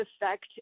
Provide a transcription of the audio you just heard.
effect